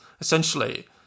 essentially